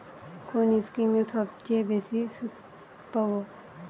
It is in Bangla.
কোন স্কিমে সবচেয়ে বেশি সুদ পাব?